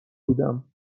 بودم